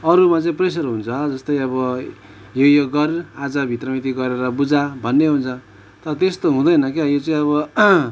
अरूमा चाहिँ प्रेसर हुन्छ जस्तै अब यो यो गर आजभित्रमा यति गरेर बुझा भन्ने हुन्छ तर त्यस्तो हुँदैन क्या यो चाहिँ अब